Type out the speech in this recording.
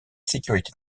sécurité